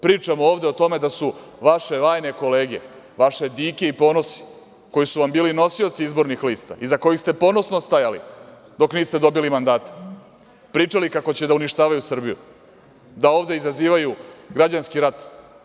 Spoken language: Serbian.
Pričamo ovde o tome da su vaše vajne kolege, vaše dike i ponosi koji su vam bili nosioci izbornih lista, iza kojih ste ponosno stajali dok niste dobili mandate, pričali kako će da uništavaju Srbiju, da ovde izazivaju građanski rat.